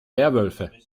werwölfe